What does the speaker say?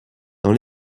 dans